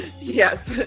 yes